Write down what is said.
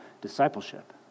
discipleship